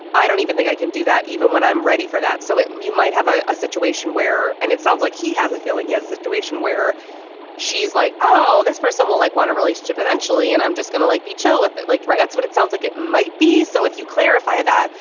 i don't even think i can do that even when i'm ready for that. so you might have a a situation where and it sounds like he has a feeling he has a situation where she's like, oh, this person will like want a relationship eventually. and i'm just going to like be chill with it. like that's what it sounds like it might be. so if you clarify that,